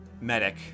medic